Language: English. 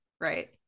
right